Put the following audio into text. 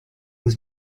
was